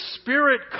Spirit